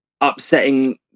upsetting